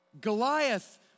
Goliath